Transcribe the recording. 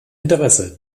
interesse